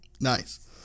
Nice